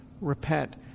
repent